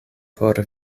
por